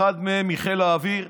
אחד מהם מחיל האוויר,